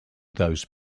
those